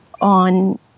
on